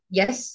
yes